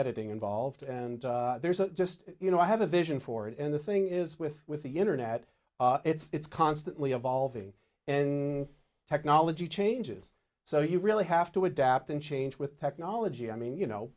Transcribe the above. editing involved and there's a just you know i have a vision for it and the thing is with with the internet it's constantly evolving and technology changes so you really have to adapt and change with technology i mean you know